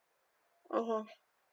mmhmm